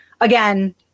again